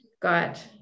got